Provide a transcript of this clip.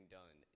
done